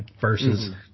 versus